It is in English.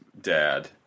dad